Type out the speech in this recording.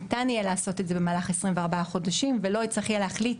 ניתן יהיה לעשות את זה במהלך 24 חודשים ולא צריך יהיה להחליט